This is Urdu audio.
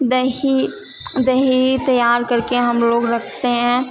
دہی دہی تیار کر کے ہم لوگ رکھتے ہیں